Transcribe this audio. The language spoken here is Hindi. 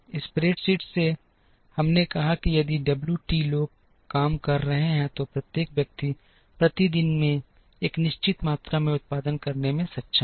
स्प्रेडशीट से हमने कहा कि यदि डब्ल्यू टी लोग काम कर रहे हैं तो प्रत्येक व्यक्ति प्रति दिन एक निश्चित मात्रा में उत्पादन करने में सक्षम है